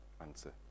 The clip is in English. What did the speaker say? answer